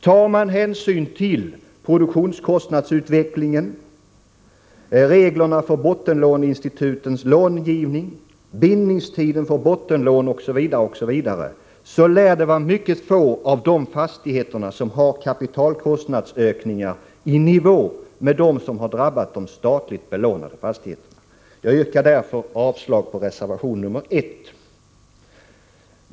Tar man hänsyn till produktionskostnadsutvecklingen, bindningstiden för bottenlån, reglerna för bottenlåneinstitutens långivning m.m., så lär det vara mycket få av dessa fastigheter som har kapitalkostnadsökningar i nivå med dem som drabbat de statligt belånade fastigheterna. Jag yrkar därför avslag på reservation nr 1.